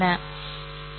சரி